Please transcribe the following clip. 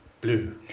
Blue